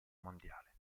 mondiale